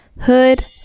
hood